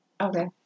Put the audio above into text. Okay